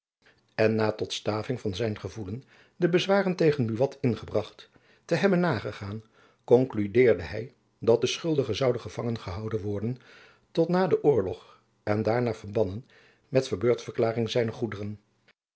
en na tot staving van zijn gevoelen de bezwaren tegen buat ingebracht te hebben nagegaan konkludeerde hy dat de schuldige zoude gevangen gehouden worden tot na den oorlog en daarna verbannen met verbeurdverklaring zijner goederen